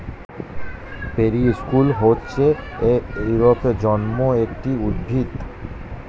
periwinkle হচ্ছে ইউরোপে জন্মানো একটি উদ্ভিদ